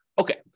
Okay